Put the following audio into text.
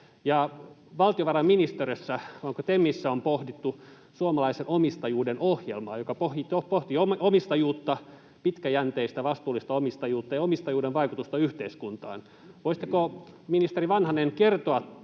— vai onko TEMissä? — on pohdittu suomalaisen omistajuuden ohjelmaa, joka pohtii omistajuutta — pitkäjänteistä, vastuullista omistajuutta — ja omistajuuden vaikutusta yhteiskuntaan. Voisitteko, ministeri Vanhanen, kertoa